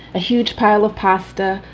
a huge pile of pasta,